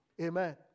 Amen